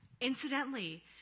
incidentally